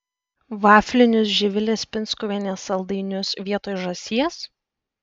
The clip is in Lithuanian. vaflinius živilės pinskuvienės saldainius vietoj žąsies